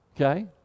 Okay